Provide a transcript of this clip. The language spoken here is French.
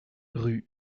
rue